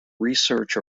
research